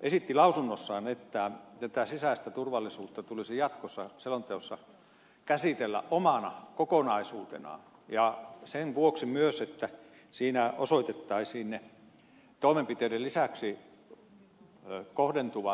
esitti lausunnossaan että tätä sisäistä turvallisuutta tulisi jatkossa selonteossa käsitellä omana kokonaisuutenaan sen vuoksi myös että siinä osoitettaisiin toimenpiteiden lisäksi kohdentuvat resurssit